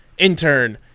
Intern